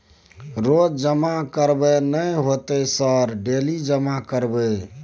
रोज जमा करबे नए होते सर डेली जमा करैबै?